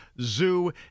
Zoo